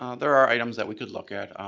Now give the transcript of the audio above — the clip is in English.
ah there are items that we could look at.